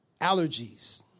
allergies